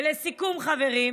ולסיכום, חברים: